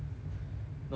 no matter what it takes